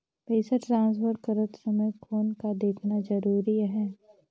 पइसा ट्रांसफर करत समय कौन का देखना ज़रूरी आहे?